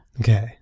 Okay